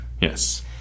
yes